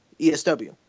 ESW